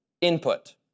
input